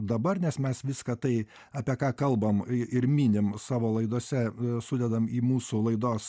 dabar nes mes viską tai apie ką kalbam ir minim savo laidose sudedam į mūsų laidos